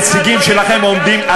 הנציגים שלכם עומדים,